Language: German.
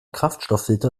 kraftstofffilter